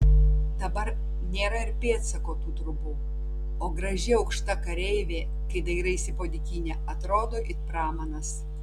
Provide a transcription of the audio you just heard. dabar nėra ir pėdsako tų trobų o graži aukšta kareivė kai dairaisi po dykynę atrodo it pramanas